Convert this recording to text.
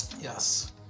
Yes